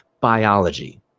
biology